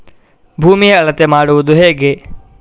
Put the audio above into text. ಭೂಮಿಯ ಅಳತೆ ಮಾಡುವುದು ಹೇಗೆ?